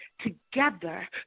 together